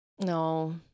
no